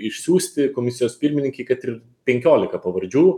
išsiųsti komisijos pirmininkei kad ir penkiolika pavardžių